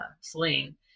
sling